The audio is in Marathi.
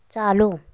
चालू